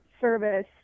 service